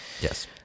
Yes